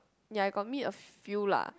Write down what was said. ya I got meet a few lah